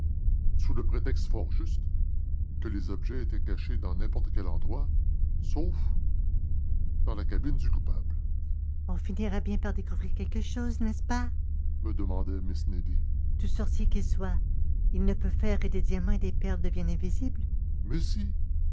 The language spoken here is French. sous le prétexte fort juste que les objets étaient cachés dans n'importe quel endroit sauf dans la cabine du coupable on finira bien par découvrir quelque chose n'est-ce pas me demandait miss nelly tout sorcier qu'il soit il ne peut faire que des diamants et des perles deviennent invisibles mais si